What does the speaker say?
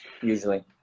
usually